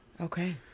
Okay